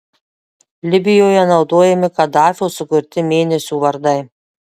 libijoje naudojami kadafio sukurti mėnesių vardai